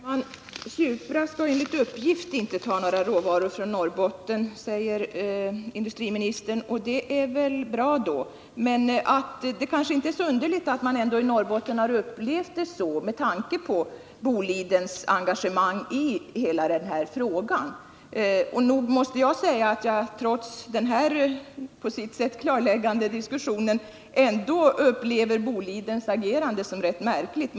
Herr talman! Supra skall enligt uppgift inte ta några råvaror från Norrbotten, säger industriministern. Det är väl bra då. Men det kanske inte är så underligt att man i Norrbotten har upplevt det så, med tanke på Bolidens engagemang i hela den här frågan. Nog måste jag säga att jag trots den här på sitt sätt klarläggande diskussionen ändå upplever Bolidens agerande som rätt märkligt.